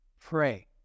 pray